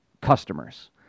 customers